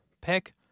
pick